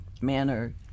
manner